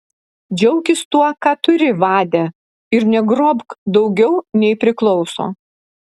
džiaukis tuo ką turi vade ir negrobk daugiau nei priklauso